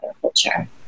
culture